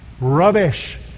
rubbish